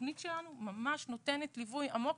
התכנית שלנו ממש נותנת ליווי עמוק.